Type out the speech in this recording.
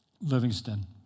Livingston